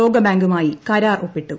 ലോകബാങ്കുമായി കരാർ ഒപ്പിട്ടു